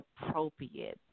appropriate